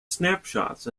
snapshots